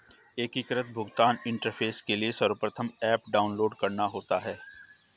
एकीकृत भुगतान इंटरफेस के लिए सर्वप्रथम ऐप डाउनलोड करना होता है